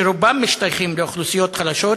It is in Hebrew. שרובם משתייכים לאוכלוסיות חלשות,